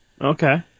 Okay